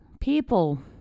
people